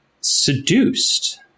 seduced